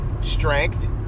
strength